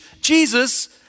Jesus